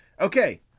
Okay